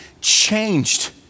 changed